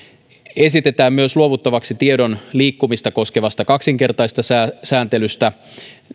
esitetään myös luovuttavaksi tiedon liikkumista koskevasta kaksinkertaisesta sääntelystä